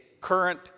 current